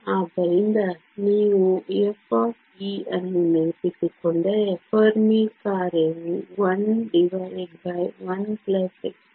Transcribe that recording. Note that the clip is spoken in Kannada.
ಆದ್ದರಿಂದ ನೀವು f ಅನ್ನು ನೆನಪಿಸಿಕೊಂಡರೆ ಫೆರ್ಮಿ ಕಾರ್ಯವು 11expE EFkT